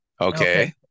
Okay